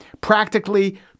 practically